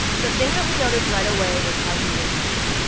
the thing that we noticed right away was how he listened.